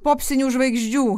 popsinių žvaigždžių